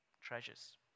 Treasures